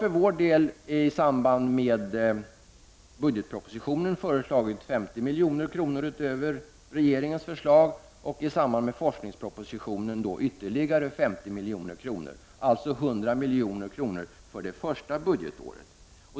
För vår del har vi i samband med budgetpropositionen föreslagit 50 milj.kr. mer än vad regeringen föreslår, och i samband med forskningspropositionen föreslår vi ytterligare 50 milj.kr., alltså 100 milj.kr. för det första budgetåret.